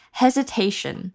hesitation